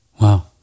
Wow